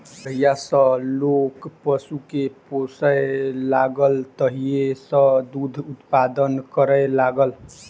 जहिया सॅ लोक पशु के पोसय लागल तहिये सॅ दूधक उत्पादन करय लागल